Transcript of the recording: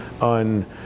on